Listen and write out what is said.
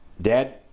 Dad